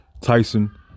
Tyson